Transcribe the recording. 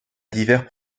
divers